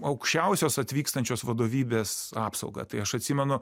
aukščiausios atvykstančios vadovybės apsauga tai aš atsimenu